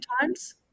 times